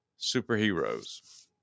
superheroes